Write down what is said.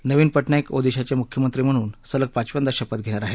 नवीन पटनाईक ओदिशाचे मुख्यमंत्री म्हणून सलग पाचव्यांदा शपथ घेणार आहेत